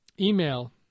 Email